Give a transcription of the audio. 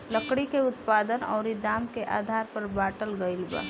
लकड़ी के उत्पादन अउरी दाम के आधार पर बाटल गईल बा